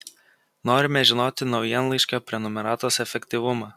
norime žinoti naujienlaiškio prenumeratos efektyvumą